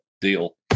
deal